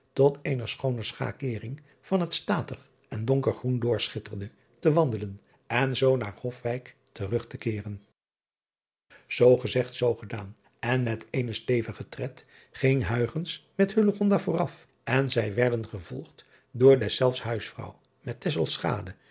tot eene schooner schakering van het statig en donker groen doorschitterde te wandelen en zoo naar ofwijle terug te keeren oo gezegd zoo gedaan en met eenen stevigen tred ging met vooraf en zij werden gevolgd door deszelfs huisvrouw met